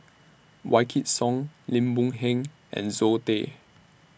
Wykidd Song Lim Boon Heng and Zoe Tay